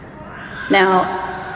Now